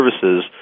services